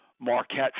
marquette